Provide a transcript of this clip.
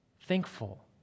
thankful